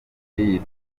iyi